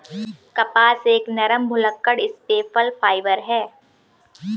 कपास एक नरम, भुलक्कड़ स्टेपल फाइबर है